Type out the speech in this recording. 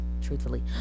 Truthfully